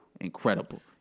incredible